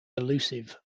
elusive